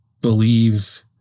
believe